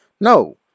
No